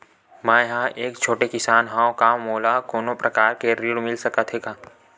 मै ह एक छोटे किसान हंव का मोला कोनो प्रकार के ऋण मिल सकत हे का?